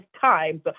times